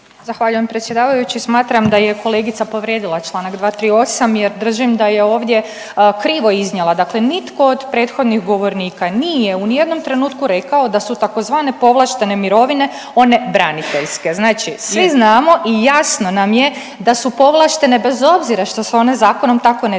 Zahvaljujem predsjedavajući. Smatram da je kolegica povrijedila čl. 238. jer držim da je ovdje krivo iznijela, dakle nitko od prethodnih govornika nije u nijednom trenutku rekao da su tzv. povlaštene mirovine one braniteljske, znači svi znamo i jasno nam je da su povlaštene, bez obzira što se one zakonom tako ne